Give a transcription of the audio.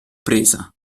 presa